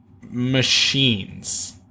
machines